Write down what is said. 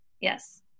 Yes